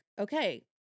okay